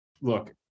Look